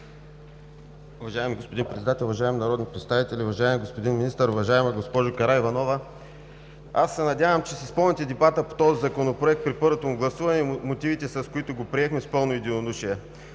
Уважаеми господин Председател, уважаеми народни представители, уважаеми господин Министър! Уважаема госпожо Караиванова, аз се надявам, че си спомняте дебата по този Законопроект при първото му гласуване и мотивите, с които го приехме с пълно единодушие.